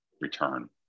return